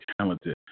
talented